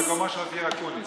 הצבעת בטעות במקום אופיר אקוניס,